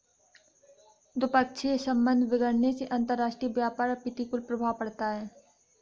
द्विपक्षीय संबंध बिगड़ने से अंतरराष्ट्रीय व्यापार पर प्रतिकूल प्रभाव पड़ता है